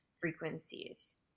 frequencies